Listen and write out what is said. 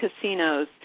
casinos